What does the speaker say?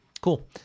cool